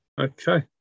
Okay